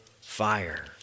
fire